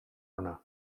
ona